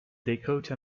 dakota